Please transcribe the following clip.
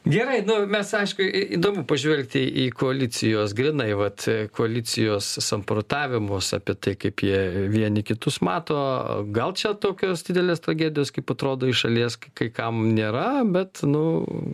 gerai nu mes aišku į įdomu pažvelgti į koalicijos grynai vat koalicijos samprotavimus apie tai kaip jie vieni kitus mato gal čia tokios didelės tragedijos kaip atrodo iš šalies kai kam nėra bet nu